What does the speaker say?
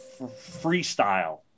freestyle